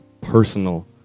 personal